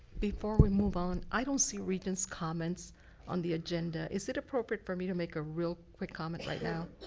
before we move on, i don't see regents' comments on the agenda. is it appropriate for me to make a real quick comment right now?